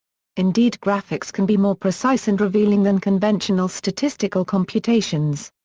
indeed graphics can be more precise and revealing than conventional statistical computations.